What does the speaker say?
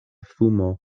fumo